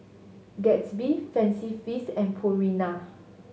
Gatsby Fancy Feast and Purina